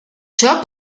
ciò